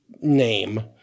name